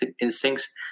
instincts